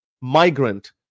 migrant